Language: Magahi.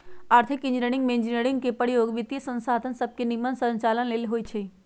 आर्थिक इंजीनियरिंग में इंजीनियरिंग के प्रयोग वित्तीयसंसाधन सभके के निम्मन संचालन लेल होइ छै